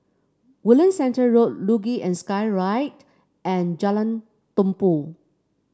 Woodlands Centre Road Luge and Skyride and Jalan Tumpu